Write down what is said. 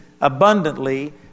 abundantly